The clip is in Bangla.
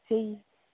সেই